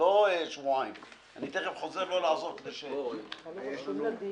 אני מבקש לחדש את